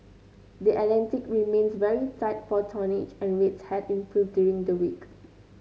the Atlantic remains very tight for tonnage and rates have improved during the week